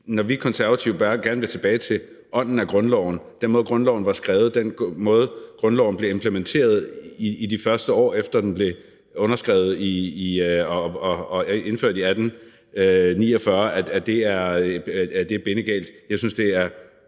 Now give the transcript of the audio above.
når vi Konservative bare gerne vil tilbage til ånden i grundloven – den måde, grundloven blev skrevet på, den måde, grundloven blev implementeret på i de første år, efter at den blev underskrevet og indført i 1849. Jeg synes, det er